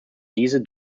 diese